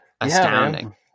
astounding